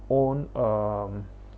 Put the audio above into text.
own um